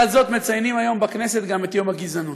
לצד זאת, מציינים היום בכנסת את יום הגזענות.